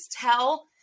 tell